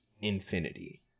infinity